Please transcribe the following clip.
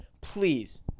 Please